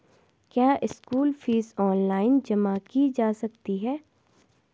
क्या school fees online जमा की जा सकती है?